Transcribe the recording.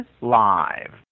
live